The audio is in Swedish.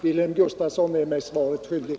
Wilhelm Gustafsson är mig svaret skyldig.